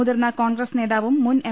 മുതിർന്ന കോൺഗ്രസ് നേതാവും മുൻ എം